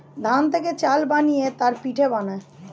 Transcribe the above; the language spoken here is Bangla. ধান থেকে চাল বানিয়ে তার পিঠে বানায়